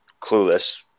clueless